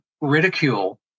ridicule